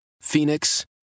Phoenix